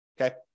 okay